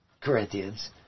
Corinthians